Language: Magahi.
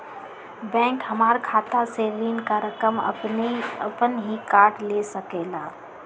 बैंक हमार खाता से ऋण का रकम अपन हीं काट ले सकेला?